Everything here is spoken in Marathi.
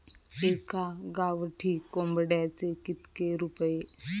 एका गावठी कोंबड्याचे कितके रुपये?